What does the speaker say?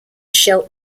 scheldt